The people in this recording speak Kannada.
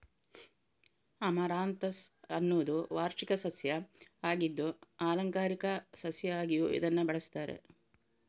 ಅಮರಾಂಥಸ್ ಅನ್ನುದು ವಾರ್ಷಿಕ ಸಸ್ಯ ಆಗಿದ್ದು ಆಲಂಕಾರಿಕ ಸಸ್ಯ ಆಗಿಯೂ ಇದನ್ನ ಬೆಳೆಸ್ತಾರೆ